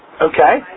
Okay